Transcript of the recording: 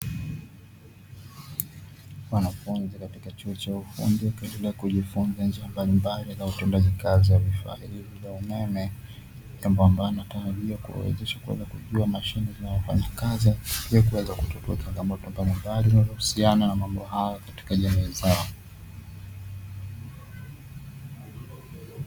Wanafunzi katika chuo cha ufundi wakiendelea kujifunza njia mbalimbali za utendaji kazi wa vifaa hivi za umeme, jambo ambalo linatarajia kuwawezesha kuweza kujua mashine zinazofanya kazi ili kuweza kutatua changamoto mbalimbali zinazohusiana na mambo hayo katika jamii zao.